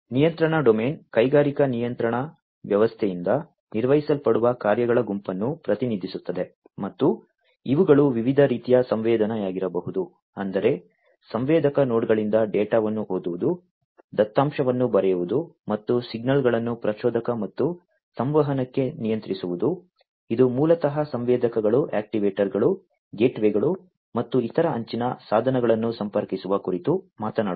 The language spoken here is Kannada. ನಿಯಂತ್ರಣ ಡೊಮೇನ್ ಕೈಗಾರಿಕಾ ನಿಯಂತ್ರಣ ವ್ಯವಸ್ಥೆಯಿಂದ ನಿರ್ವಹಿಸಲ್ಪಡುವ ಕಾರ್ಯಗಳ ಗುಂಪನ್ನು ಪ್ರತಿನಿಧಿಸುತ್ತದೆ ಮತ್ತು ಇವುಗಳು ವಿವಿಧ ರೀತಿಯ ಸಂವೇದನೆಯಾಗಿರಬಹುದು ಅಂದರೆ ಸಂವೇದಕ ನೋಡ್ಗಳಿಂದ ಡೇಟಾವನ್ನು ಓದುವುದು ದತ್ತಾಂಶವನ್ನು ಬರೆಯುವುದು ಮತ್ತು ಸಿಗ್ನಲ್ಗಳನ್ನು ಪ್ರಚೋದಕ ಮತ್ತು ಸಂವಹನಕ್ಕೆ ನಿಯಂತ್ರಿಸುವುದು ಇದು ಮೂಲತಃ ಸಂವೇದಕಗಳು ಆಕ್ಟಿವೇಟರ್ಗಳು ಗೇಟ್ವೇಗಳು ಮತ್ತು ಇತರ ಅಂಚಿನ ಸಾಧನಗಳನ್ನು ಸಂಪರ್ಕಿಸುವ ಕುರಿತು ಮಾತನಾಡುತ್ತದೆ